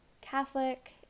Catholic